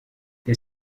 the